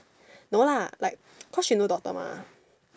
no lah like cause she no daughter mah